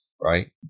right